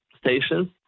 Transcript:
stations